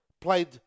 Played